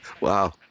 wow